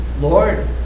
Lord